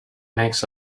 makes